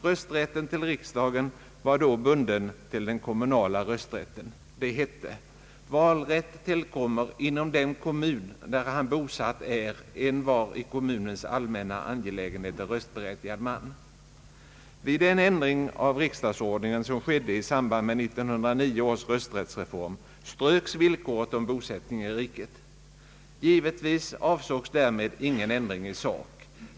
Rösträtten vid val till riksdagen var då bunden till den kommunala rösträtten. Det hette: »Walrätt tillkommer inom den kommun, der han bosatt är, en hwar i kommunens allmänna angelägenheter röstberättigad man.» Vid den ändring av riksdagsordningen som skedde i samband med 1909 års rösträttsreform ströks villkoret om bosättning i riket. Givetvis avsågs därmed ingen ändring i sak.